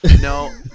No